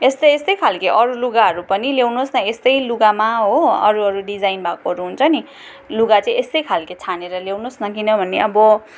यस्तै यस्तै खालको अरू लुगाहरू पनि ल्याउनुस् न यस्तै लुगामा हो अरू अरू डिजाइन भएकोहरू हुन्छ नि लुगा चाहिँ यस्तै खाल्के छानेर ल्याउनुस् न किनभने अबो